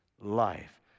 life